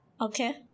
okay